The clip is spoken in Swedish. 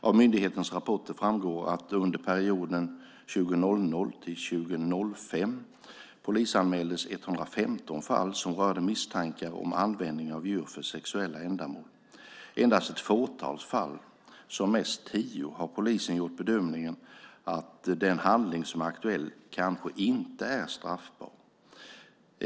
Av myndighetens rapporter framgår att under perioden 2000-2005 polisanmäldes 115 fall som rörde misstankar om användning av djur för sexuella ändamål. Endast i ett fåtal fall - som mest tio - har polisen gjort bedömningen att den handling som är aktuell kanske inte är straffbar.